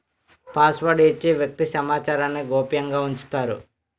password ఇచ్చి వ్యక్తి సమాచారాన్ని గోప్యంగా ఉంచుతారు